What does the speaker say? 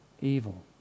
Evil